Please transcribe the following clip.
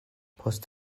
post